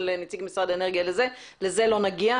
נציג משרד האנרגיה לזה לזה לא נגיע,